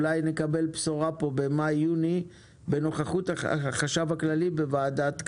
אולי נקבל בשורה פה במאי-יוני בנוכחות החשכ"ל בוועדת הכלכלה.